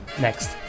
next